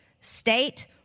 state